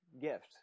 gift